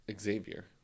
Xavier